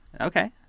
Okay